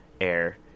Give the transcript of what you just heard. air